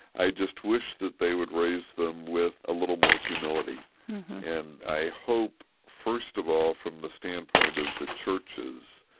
i just wish that they would raise them with a little more humility mm-hmm and i hope, first of all, from the standpoint of the churches,